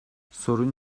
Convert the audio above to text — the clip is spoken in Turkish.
sorun